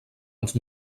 els